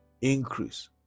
increase